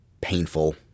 painful –